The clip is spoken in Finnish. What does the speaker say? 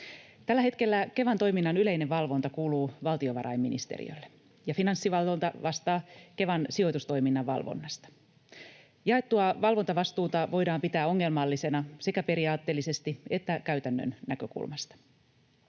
Tällä hetkellä Kevan toiminnan yleinen valvonta kuuluu valtiovarainministeriölle, ja Finanssivalvonta vastaa Kevan sijoitustoiminnan valvonnasta. Jaettua valvontavastuuta voidaan pitää ongelmallisena sekä periaatteellisesti että käytännön näkökulmasta.